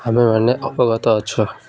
ଆମେ ମାନେ ଅବଗତ ଅଛୁ